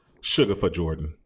#SugarForJordan